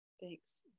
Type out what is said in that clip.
Thanks